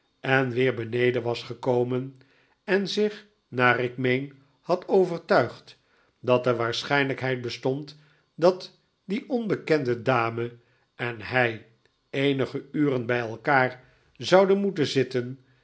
en weer beneden was gekomen en zich naar ik meen had overtuigd dat de waarschijnlijkheid bestond dat die onbekende dame en hij eenige uren bij elkaar zouden moeten zitten